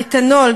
מתנול,